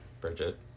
Bridget